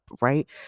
right